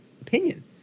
opinion